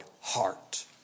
heart